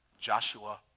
Joshua